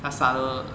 它沙都